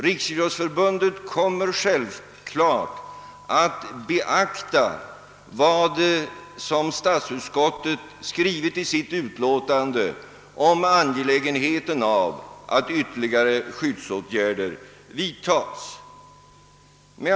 Riksidrottsförbundet kommer självfallet att beakta vad statsutskottet skrivit i sitt utlåtande om angelägenheten av att ytterligare skyddsåtgärder vidtages.